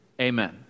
Amen